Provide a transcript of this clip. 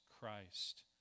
Christ